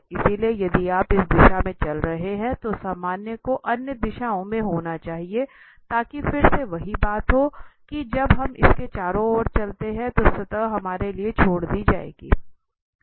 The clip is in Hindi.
इसलिए यदि आप इस दिशा में चल रहे हैं तो सामान्य को अन्य दिशाओं में होना चाहिए ताकि फिर से वही बात हो कि जब हम इसके चारों ओर चलते हैं तो सतह हमारे लिए छोड़ दी जाएगी